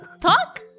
talk